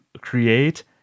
create